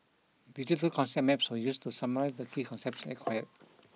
digital concept maps were used to summarise the key concepts acquired